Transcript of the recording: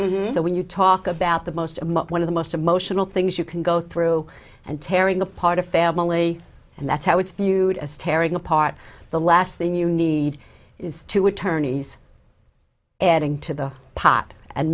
so when you talk about the most amount one of the most emotional things you can go through and tearing apart a family and that's how it's viewed as tearing apart the last thing you need is two attorneys adding to the pot and